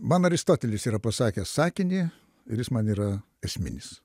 man aristotelis yra pasakęs sakinį ir jis man yra esminis